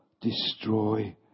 destroy